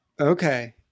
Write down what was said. Okay